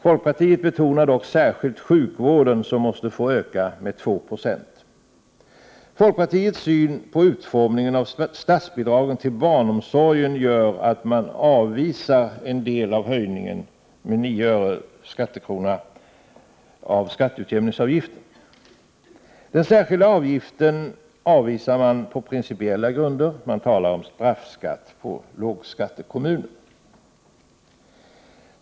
Folkpartiet betonar dock särskilt sjukvården, som måste få öka med 2 96. Folkpartiets syn på utformningen av statsbidragen till barnomsorgen gör att man avvisar en del av höjningen av skatteutjämningsavgiften med 9 öre per skattekrona. Den särskilda avgiften avvisar man på principiella grunder — man talar om straffskatt på lågskattekommuner.